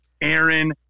Aaron